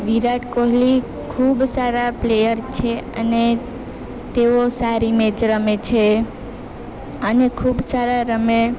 વિરાટ કોહલી ખૂબ સારા પ્લેયર છે અને તેઓ સારી મેચ રમે છે અને ખૂબ સારું રમે